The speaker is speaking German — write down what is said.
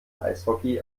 eishockey